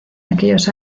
aquellos